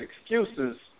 excuses